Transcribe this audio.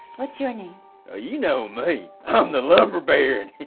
what's your name? ah you know me, i'm the lumber baron, he